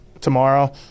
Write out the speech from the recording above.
tomorrow